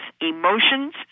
emotions